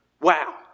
wow